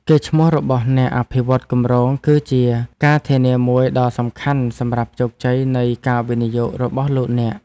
កេរ្តិ៍ឈ្មោះរបស់អ្នកអភិវឌ្ឍន៍គម្រោងគឺជាការធានាមួយដ៏សំខាន់សម្រាប់ជោគជ័យនៃការវិនិយោគរបស់លោកអ្នក។